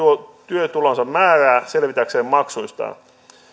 työtulonsa määrää selvitäkseen maksuistaan